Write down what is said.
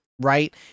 right